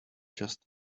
just